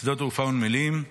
שדות תעופה ונמלים,